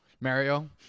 Mario